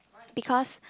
because